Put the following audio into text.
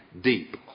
deep